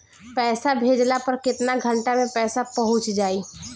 पैसा भेजला पर केतना घंटा मे पैसा चहुंप जाई?